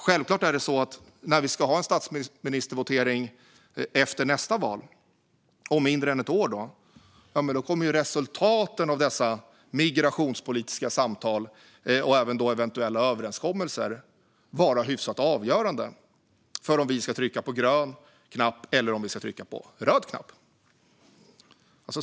Självklart är det så att när vi ska ha en votering om statsminister efter nästa val, om mindre än ett år, kommer resultaten av dessa migrationspolitiska samtal och eventuella överenskommelser att vara hyfsat avgörande för om vi ska trycka på grön knapp eller på röd knapp.